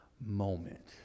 moment